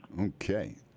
Okay